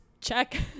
check